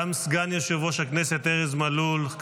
גם סגן יושב-ראש הכנסת ארז מלול.